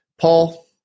Paul